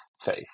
faith